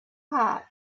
heart